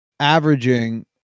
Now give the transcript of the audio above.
Averaging